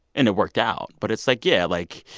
and it worked out. but it's like yeah, like.